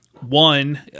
one